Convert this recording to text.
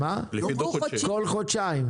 כל חודשיים.